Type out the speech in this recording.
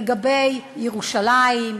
לגבי ירושלים,